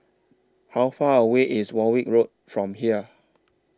How Far away IS Warwick Road from here